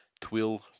twill